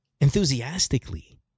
enthusiastically